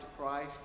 Christ